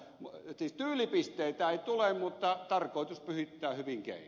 siis tyylipisteitä ei tule mutta tarkoitus pyhittää hyvin keinot